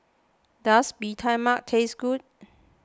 does Bee Tai Mak taste good